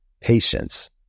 patience